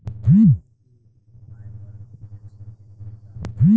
निवेश के आय पर टेक्सेशन के नियम का ह?